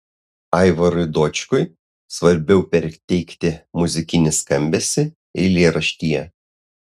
aivarui dočkui svarbiau perteikti muzikinį skambesį eilėraštyje